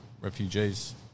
refugees